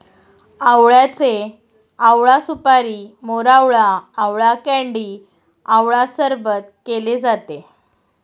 आवळ्याचे आवळा सुपारी, मोरावळा, आवळा कँडी आवळा सरबत केले जाते